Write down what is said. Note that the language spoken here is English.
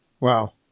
Wow